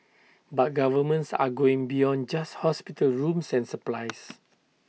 but governments are going beyond just hospital rooms and supplies